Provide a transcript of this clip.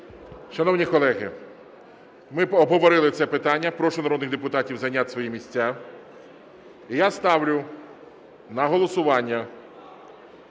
Шановні колеги, ми обговорили це питання. Прошу народних депутатів зайняти свої місця. І я ставлю на голосування